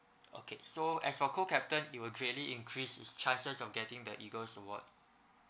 okay so as a cocaptain it will greatly increase his chances of getting the E_A_G_L_E_S award